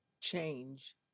Change